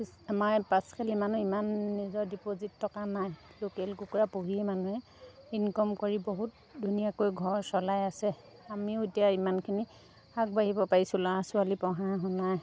আমাৰ পাছখালি মানুহ ইমান নিজৰ ডিপজিট টকা নাই লোকেল কুকুৰা পুহিয়ে মানুহে ইনকাম কৰি বহুত ধুনীয়াকৈ ঘৰ চলাই আছে আমিও এতিয়া ইমানখিনি আগবাঢ়িব পাৰিছোঁ ল'ৰা ছোৱালী পঢ়া শুনাই